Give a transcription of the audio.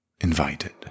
invited